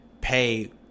pay